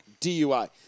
DUI